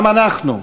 גם אנחנו,